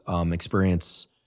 experience